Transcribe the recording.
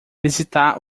visitar